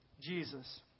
Jesus